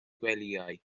gwelyau